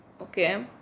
Okay